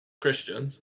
Christians